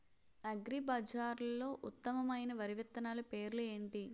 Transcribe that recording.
అగ్రిబజార్లో ఉత్తమమైన వరి విత్తనాలు పేర్లు ఏంటి?